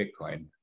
Bitcoin